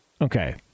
Okay